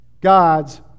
God's